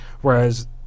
whereas